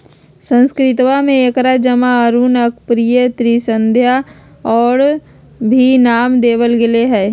संस्कृतवा में एकरा जपा, अरुण, अर्कप्रिया, त्रिसंध्या और भी नाम देवल गैले है